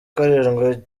karindwi